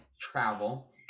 travel